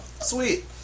sweet